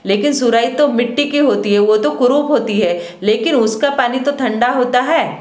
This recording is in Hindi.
लेकिन सुराही तो मिट्टी की होती है वो तो कुरुप होती है लेकिन उसका पानी तो ठंडा होता है